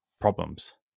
problems